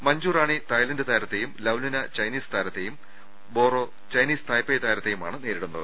Manjurani Thailand താരത്തെയും ലൌലിനു Chinese താരത്തെയും ബോറോ ചൈനീസ് തായ്പേയ് താരത്തെയുമാണ് നേരിടുന്നത്